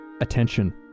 attention